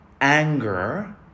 anger